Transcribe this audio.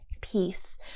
peace